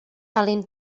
alun